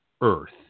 earth